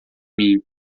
mim